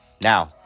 Now